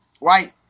right